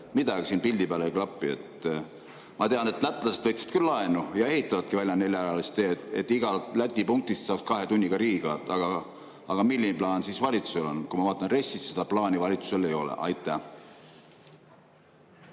Midagi siin pildi peal ei klapi. Ma tean, et lätlased võtsid küll laenu ja ehitavadki välja neljarajalised teed, et igast Läti punktist saaks kahe tunniga Riiga. Aga milline plaan siis valitsusel on? Kui ma vaatan RES-i, siis [näen], et seda plaani valitsusel ei ole. Ega